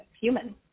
human